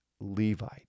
Levite